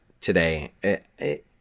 today